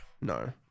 no